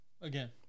again